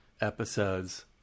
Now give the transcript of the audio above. episodes